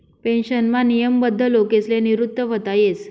पेन्शनमा नियमबद्ध लोकसले निवृत व्हता येस